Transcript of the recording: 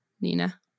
Nina